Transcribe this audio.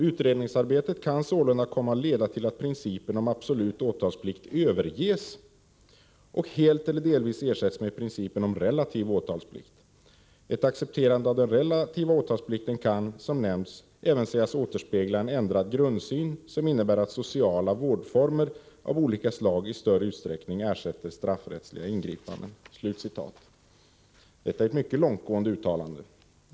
Utredningsarbetet kan sålunda komma att leda till att principen om absolut åtalsplikt överges och helt eller delvis ersätts med principen om relativ åtalsplikt. Ett accepterande av den relativa åtalsplikten kan, som nämnts, även sägas återspegla en ändrad grundsyn som innebär att sociala vårdformer av olika slag i större utsträckning ersätter straffrättsliga ingripanden.” Detta är ett mycket långtgående uttalande.